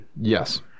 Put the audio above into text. Yes